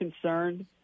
concerned